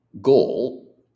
goal